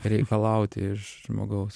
reikalauti iš žmogaus